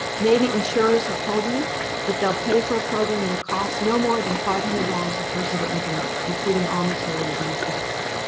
maybe insurers have told you that they'll pay for a program that costs no more than five hundred dollars a person to implement, including all materials and staff time.